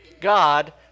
God